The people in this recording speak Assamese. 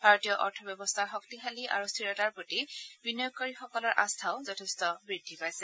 ভাৰতীয় অৰ্থ ব্যৱস্থাৰ শক্তিশালী আৰু স্থিৰতাৰ প্ৰতি বিনিয়োগকাৰীসকলৰ আস্থাও যথেষ্ঠ বৃদ্ধি পাইছে